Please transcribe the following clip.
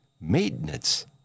maintenance